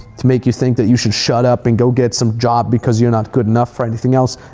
to make you think that you should shut up and go get some job because you're not good enough for anything else.